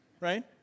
Right